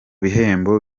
bihembo